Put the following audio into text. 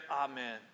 Amen